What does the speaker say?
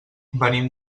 venim